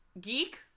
Geek